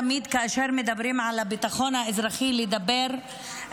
תמיד כאשר מדברים על הביטחון האזרחי האישי,